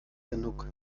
genug